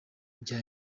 bya